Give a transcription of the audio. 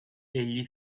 egli